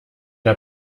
der